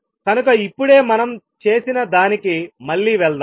కనుక ఇప్పుడే మనం చేసిన దానికి మళ్ళీ వెళ్దాం